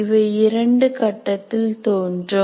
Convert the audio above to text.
இவை இரண்டு கட்டத்தில் தோன்றும்